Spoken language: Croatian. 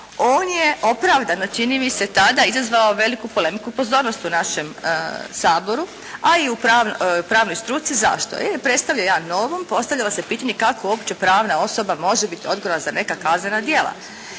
on je opravdano čini mi se tada izazvao veliku polemiku i pozornost u našem Saboru, a i u pravnoj struci. Zašto? Zato jer je predstavljao jedan novum. Postavljalo se pitanje kako uopće pravna osoba može biti odgovorna za neka kaznena djela?